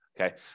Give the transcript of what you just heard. Okay